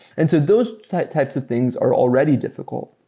and so those type types of things are already difficult.